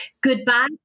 Goodbye